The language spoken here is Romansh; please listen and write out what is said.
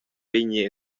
vegni